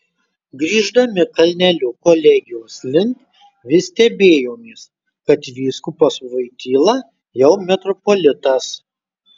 grįždami kalneliu kolegijos link vis stebėjomės kad vyskupas voityla jau metropolitas